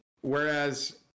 Whereas